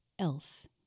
else